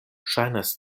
ŝajnas